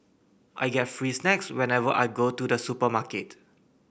I get free snacks whenever I go to the supermarket